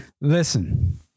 listen